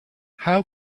how